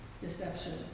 deception